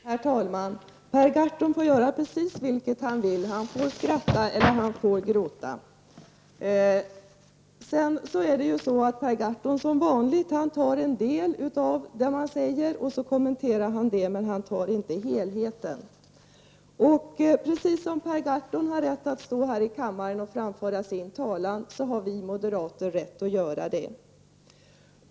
Herr talman! Per Gahrton får göra precis vilket han vill -- han får skratta eller han får gråta. Som vanligt tar Per Gahrton upp en del av det man säger och kommenterar det, men han bryr sig inte om helheten. Men precis som Per Gahrton har rätt att stå här i kammaren och framföra sin talan, har vi moderater rätt att göra det.